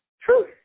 truth